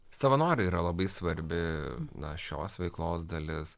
savanoriai yra labai svarbi našios veiklos dalis